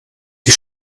die